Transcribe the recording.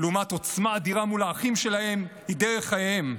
לעומת עוצמה אדירה מול האחים שלהם, היא דרך חייהם.